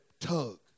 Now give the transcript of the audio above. tug